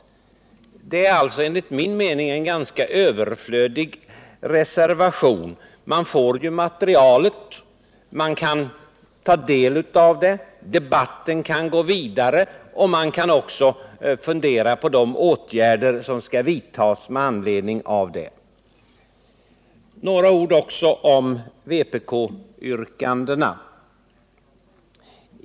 Reservationen är alltså enligt min mening ganska överflödig. Man får ju materialet, man kan ta del av det, debatten kan gå vidare och man kan fundera över de åtgärder som skall vidtas. Några ord också om vpk-yrkandena.